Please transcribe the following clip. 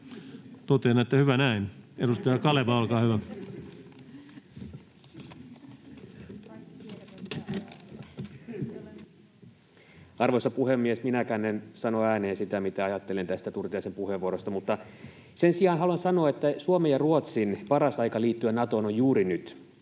Totean, että hyvä näin. — Edustaja Kaleva, olkaa hyvä. Arvoisa puhemies! Minäkään en sano ääneen, mitä ajattelen tästä Turtiaisen puheenvuorosta. — Sen sijaan haluan sanoa, että Suomen ja Ruotsin paras aika liittyä Natoon on juuri nyt: